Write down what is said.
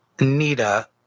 Nita